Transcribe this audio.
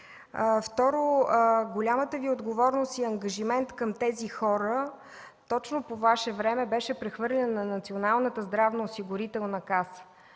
Второ, голямата Ви отговорност и ангажимент към тези хора точно по Ваше време беше прехвърлена на Националната здравноосигурителна каса.